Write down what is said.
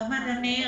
שלום, אדוני.